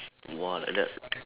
!wah! like that